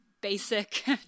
basic